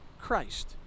Christ